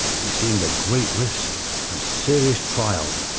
it seemed a great risk and serious trial,